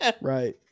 Right